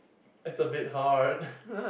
it's a bit hard